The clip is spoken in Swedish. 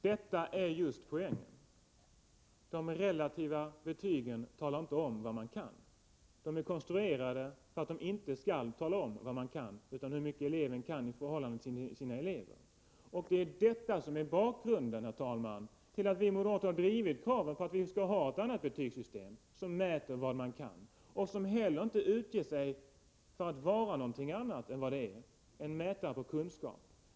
Herr talman! Detta är just poängen. De relativa betygen talar inte om vad man kan. De är konstruerade för att inte tala om vad en elev kan, utan hur mycket eleven kan i förhållande till andra elever. Det är detta, herr talman, som är bakgrunden till att vi moderater har drivit kravet på ett annat betygssystem, ett system som mäter vad man kan och som inte utger sig för att vara något annat, dvs. en mätare av kunskap.